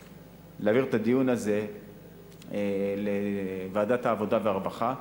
להעביר את הדיון הזה לוועדת העבודה והרווחה,